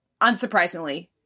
unsurprisingly